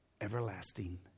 everlasting